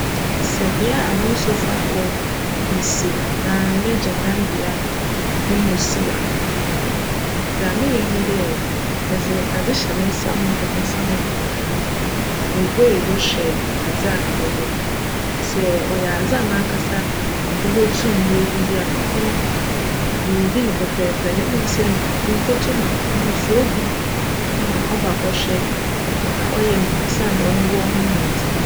Sj bea mo nsu fa kc no siw anaa m'egyananbea no mu siw a, dza meyj nye dj, medze adze hyj me nsa ho bc me nsa ho ban na mubue do hwj adze a cwc mu. Sj cyj adze a mankasa mobotum m'eyiyi a, cno me yiyi no pjpjjpj na mbom sj monnkotum a, cno mefrj obi ma cba bchwj na cyj ma me osiandj cno wc ho nyimdzee ntsi.